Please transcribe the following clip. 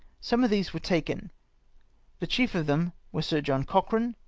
some of these were taken the chief of them were sir john cochran,